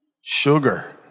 Sugar